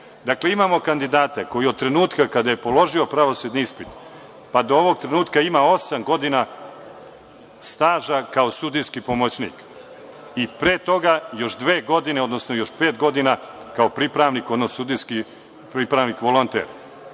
godine. Dakle, imamo kandidata koji od trenutka kada je položio pravosudni ispit, pa do ovog trenutka ima osam godina staža kao sudijski pomoćnik i pre toga još dve godine, odnosno još pet godina kao pripravnik odnosno sudijski pripravnik, volonter.